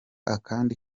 akandi